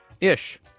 ish